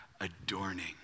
adorning